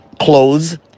clothes